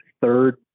third